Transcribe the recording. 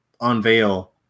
unveil